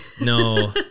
No